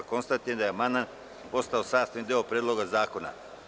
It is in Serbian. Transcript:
Konstatujem da je amandman postao sastavni deo Predloga zakona.